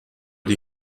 die